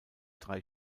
drei